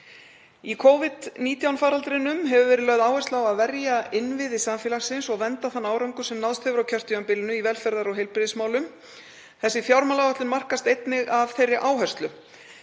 Í Covid-19 faraldrinum hefur verið lögð áhersla á að verja innviði samfélagsins og vernda þann árangur sem náðst hefur á kjörtímabilinu í velferðar- og heilbrigðismálum. Þessi fjármálaáætlun markast einnig af þeirri áherslu.